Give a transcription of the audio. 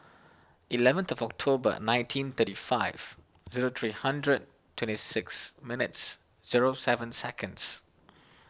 eleventh of October nineteen thirty five zero three hundred twenty six minutes zero seven seconds